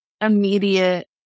immediate